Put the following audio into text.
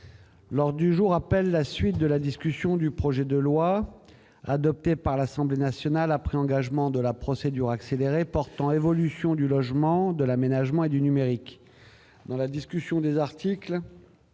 L'ordre du jour appelle la suite de la discussion du projet de loi, adopté par l'Assemblée nationale après engagement de la procédure accélérée, portant évolution du logement, de l'aménagement et du numérique (projet n° 567, texte